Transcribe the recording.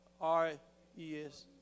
R-E-S